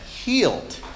Healed